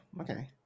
okay